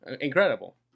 Incredible